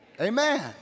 amen